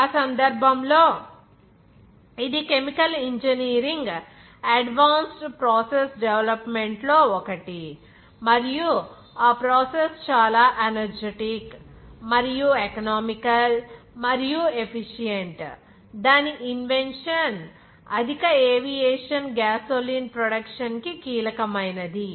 ఆ సందర్భంలో ఇది chemical engineering advanced process development లో ఒకటి మరియు ఆ ప్రాసెస్ చాలా ఎనర్జిటిక్ మరియు ఎకనామికల్ మరియు ఎఫిషియంట్ దాని ఇన్వెన్షన్ అధిక ఏవియేషన్ గ్యాసోలిన్ ప్రొడక్షన్ కి కీలకమైనది